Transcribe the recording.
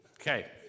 Okay